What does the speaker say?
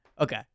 Okay